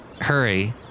hurry